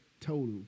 total